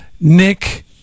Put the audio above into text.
Nick